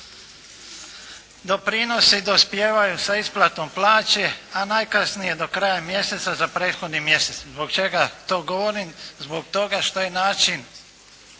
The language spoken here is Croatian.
Doprinosi dospijevaju sa isplatom plaće, a najkasnije do kraja mjeseca za prethodni mjesec. Zbog čega to govorim? Zbog toga što je način